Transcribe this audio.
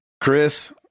chris